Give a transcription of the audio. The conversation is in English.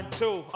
two